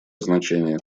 значение